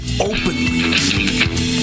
openly